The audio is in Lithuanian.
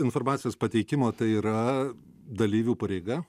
dėl to informacijos pateikimo tai yra dalyvių pareiga